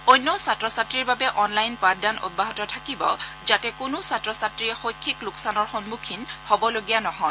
অন্য ছাত্ৰ ছাত্ৰীৰ বাবে অনলাইন পাঠদান অব্যাহত থাকিব যাতে কোনো ছাত্ৰ ছাত্ৰী শৈক্ষিক লোকচানৰ সন্মুখীন হবলগীয়া নহয়